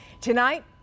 Tonight